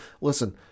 listen